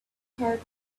her